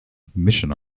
mission